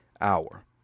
hour